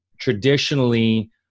traditionally